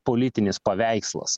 politinis paveikslas